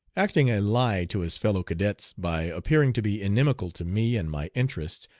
acting a lie to his fellow cadets by appearing to be inimical to me and my interests,